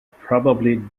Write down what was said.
probably